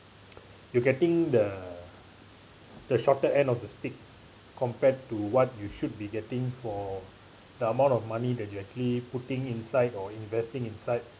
you're getting the the shorter end of the stick compared to what you should be getting for the amount of money that you actually putting inside or investing inside